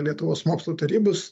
lietuvos mokslų tarybos